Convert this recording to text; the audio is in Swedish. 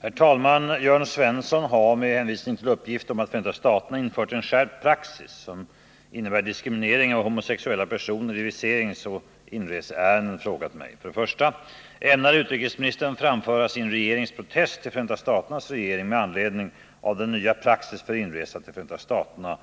Herr talman! Jörn Svensson har — under uppgift att Förenta staterna infört en skärpt praxis som innebär diskriminering av homosexuella personer i viseringsoch inreseärenden — frågat mig: 1. Ämnar utrikesministern framföra sin regerings protest till Förenta staternas regering med anledning av den nya praxis för inresa till Förenta staterna,